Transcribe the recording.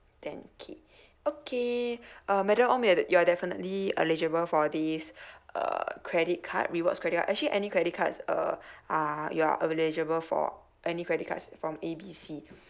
ten K okay uh madam ong you're you're definitely eligible for this uh credit card rewards credit card actually any credit cards err uh you are eligible for any credit cards from A B C